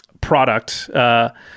product